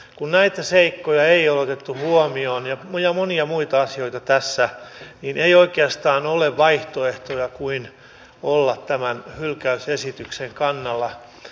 kun näitä seikkoja ja monia muita asioita tässä ei ole otettu huomioon niin ei oikeastaan ole vaihtoehtoja kuin olla tämän hylkäysesityksen kannalla